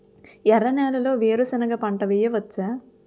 ఎర్ర నేలలో వేరుసెనగ పంట వెయ్యవచ్చా?